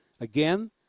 Again